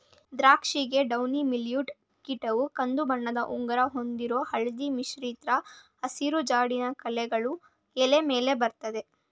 ದ್ರಾಕ್ಷಿಗೆ downy mildew ಕೀಟವು ಕಂದುಬಣ್ಣದ ಉಂಗುರ ಹೊಂದಿರೋ ಹಳದಿ ಮಿಶ್ರಿತ ಹಸಿರು ಜಿಡ್ಡಿನ ಕಲೆಗಳು ಎಲೆ ಮೇಲೆ ಬರತ್ತೆ